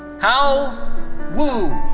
hao wu.